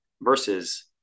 versus